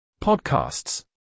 Podcasts